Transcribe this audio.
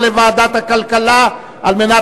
לדיון מוקדם בוועדת הכלכלה נתקבלה.